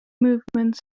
movements